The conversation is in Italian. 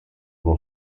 uno